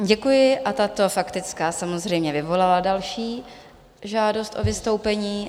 Děkuji a tato faktická samozřejmě vyvolala další žádost o vystoupení.